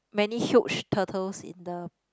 many huge turtles in the